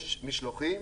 יש משלוחים,